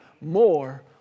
more